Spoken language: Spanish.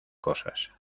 cosas